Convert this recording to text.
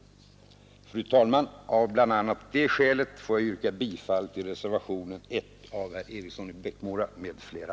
Fru talman! Av bl.a. det skälet vill jag yrka bifall till reservationen 1 av herr Eriksson i Bäckmora m.fl.